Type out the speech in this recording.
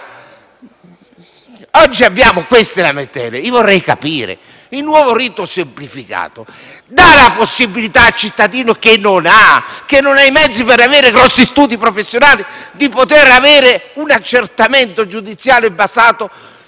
Oggi abbiamo queste lamentele. Io vorrei capire se il nuovo rito semplificato dà la possibilità al cittadino che non ha i mezzi per rivolgersi a grandi studi professionali di poter avere un accertamento giudiziale basato